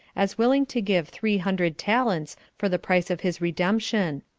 as willing to give three hundred talents for the price of his redemption.